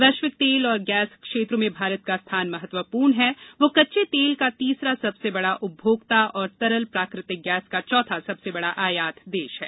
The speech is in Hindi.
वैश्विक तेल और गैस क्षेत्र में भारत का स्थान महत्वपूर्ण है तो कच्चे तेल का तीसरा सबसे बड़ा उपभोक्ता और तरल प्राकृतिक गैस का चौथा सबसे बड़ा आयात देश है